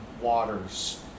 waters